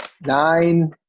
Nine